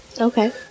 Okay